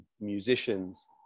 musicians